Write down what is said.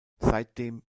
seitdem